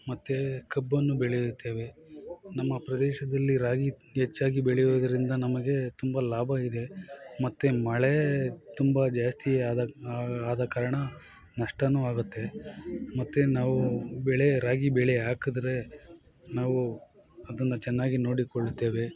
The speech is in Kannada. ಮತ್ತು ಕಬ್ಬನ್ನು ಬೆಳೆಯುತ್ತೇವೆ ನಮ್ಮ ಪ್ರದೇಶದಲ್ಲಿ ರಾಗಿ ಹೆಚ್ಚಾಗಿ ಬೆಳೆಯೂದರಿಂದ ನಮಗೆ ತುಂಬ ಲಾಭ ಇದೆ ಮತ್ತೆ ಮಳೆ ತುಂಬ ಜಾಸ್ತಿ ಆದ ಆದ ಕಾರಣ ನಷ್ಟವೂ ಆಗುತ್ತೆ ಮತ್ತೆ ನಾವು ಬೆಳೆ ರಾಗಿ ಬೆಳೆ ಹಾಕಿದ್ರೆ ನಾವು ಅದನ್ನು ಚೆನ್ನಾಗಿ ನೋಡಿಕೊಳ್ಳುತ್ತೇವೆ